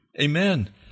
Amen